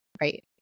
right